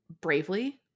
bravely